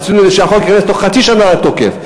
רצינו שהחוק ייכנס בתוך חצי שנה לתוקף.